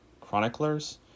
chroniclers